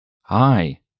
Hi